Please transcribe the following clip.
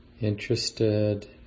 Interested